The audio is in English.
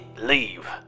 leave